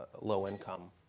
low-income